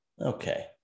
Okay